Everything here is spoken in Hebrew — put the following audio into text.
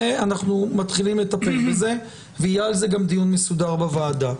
אנחנו מתחילים לטפל בזה ויהיה על זה גם דיון מסודר בוועדה.